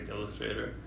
illustrator